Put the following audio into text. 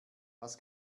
was